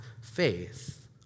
faith